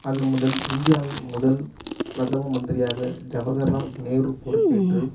அதுமுதல் இந்தியாவின் முதல் பிரதம மந்திரியாக ஜவஹர்லால் நேரு பொறுப்பேற்று